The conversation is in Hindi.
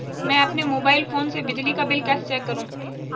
मैं अपने मोबाइल फोन से बिजली का बिल कैसे चेक करूं?